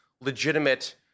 legitimate